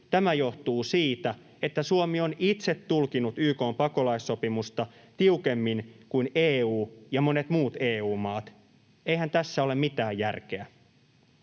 Tämä johtuu siitä, että Suomi on itse tulkinnut YK:n pakolaissopimusta tiukemmin kuin EU ja monet muut EU-maat. Eihän tässä ole mitään järkeä.